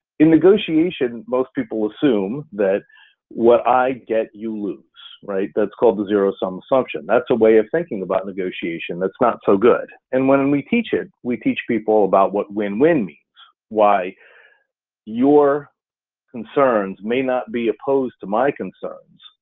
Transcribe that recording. in negotiation, most people assume that what i get you lose, right, that's called the zero-sum assumption, that's a way of thinking about negotiation that's not so good. and when we teach it, we teach people about what win-win means, why your concerns may not be opposed to my concerns,